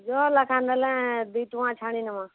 ଯାହା ଲେଖାଁ ନେଲେ ଦୁଇ ଟଙ୍କା ଛାଡ଼ି ନମା